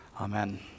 Amen